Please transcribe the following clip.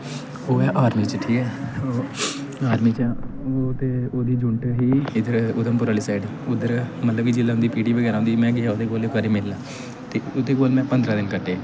army च ओह् ते ओह्दी युनट ही इधर उधमपूर आह्ली साइड उधर मतलब कि जेह्लै पी टी बगैरा होंदी में बी गेआ इक बारी ओह्दे कन्नै मिलन उ'दे कोल में पंद्रहा दिन कट्ट